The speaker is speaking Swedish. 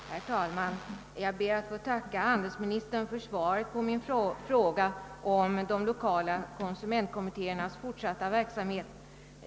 Herr talman! Jag ber att få tacka handelsministern för svaret på min interpellation om fortsatt verksamhet med lokala konsumentkommittéer.